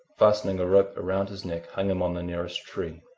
fastening a rope round his neck, hung him on the nearest tree.